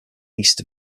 east